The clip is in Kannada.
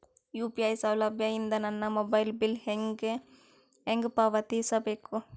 ಯು.ಪಿ.ಐ ಸೌಲಭ್ಯ ಇಂದ ನನ್ನ ಮೊಬೈಲ್ ಬಿಲ್ ಹೆಂಗ್ ಪಾವತಿಸ ಬೇಕು?